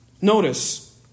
Notice